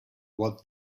what